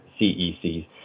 CECs